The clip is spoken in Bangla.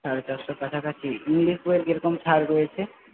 সাড়ে চারশোর কাছাকাছি ইংলিশ বইয়ের কিরকম ছাড় রয়েছে